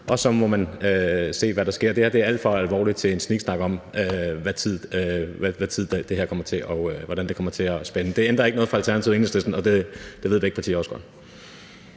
og så må man se, hvad der sker. Det her er alt for alvorligt til en sniksnak om, hvordan det kommer til at spænde af. Det ændrer ikke noget for Alternativet og Enhedslisten, og det ved begge partier